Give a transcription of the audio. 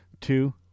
Two